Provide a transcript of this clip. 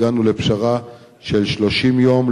הגענו לפשרה של 30 יום,